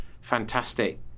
fantastic